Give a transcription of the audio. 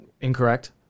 incorrect